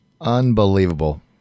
Unbelievable